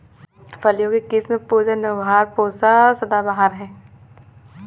फलियों की किस्म पूसा नौबहार, पूसा सदाबहार है